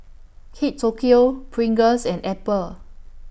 Kate Tokyo Pringles and Apple